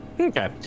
Okay